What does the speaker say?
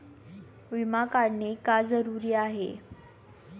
विमा काढणे का जरुरी आहे?